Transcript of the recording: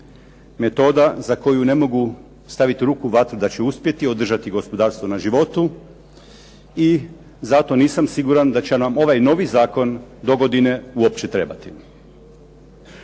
Metoda za koju ne mogu stavit ruku u vatru da će uspjeti održati gospodarstvo na životu i zato nisam siguran da će nam ovaj novi zakon dogodine uopće trebati.